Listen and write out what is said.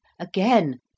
Again